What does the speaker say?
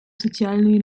соціальної